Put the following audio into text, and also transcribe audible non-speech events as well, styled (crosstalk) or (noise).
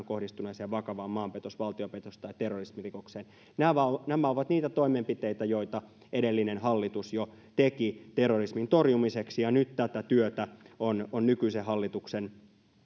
(unintelligible) kohdistuneeseen vakavaan maanpetos valtiopetos tai terrorismirikokseen nämä ovat nämä ovat niitä toimenpiteitä joita edellinen hallitus jo teki terrorismin torjumiseksi ja nyt tätä työtä on on nykyisen hallituksen